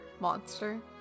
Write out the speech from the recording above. monster